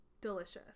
delicious